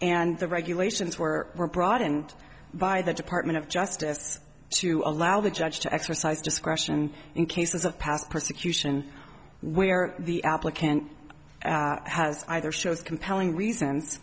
and the regulations were were brought in and by the department of justice to allow the judge to exercise discretion in cases of past persecution where the applicant has either shows compelling reasons